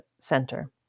center